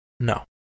No